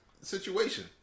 situation